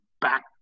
back